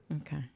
Okay